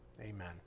Amen